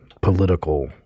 political